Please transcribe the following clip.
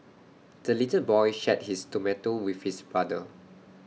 the little boy shared his tomato with his brother